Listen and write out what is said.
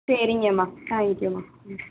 சரிங்கமா தேங்க்யூமா ம்